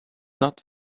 not